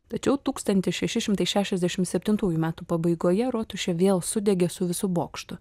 tačiau tūkstantis šeši šimtai šešiasdešim septintųjų metų pabaigoje rotušė vėl sudegė su visu bokštu